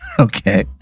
Okay